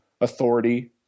authority